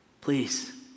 please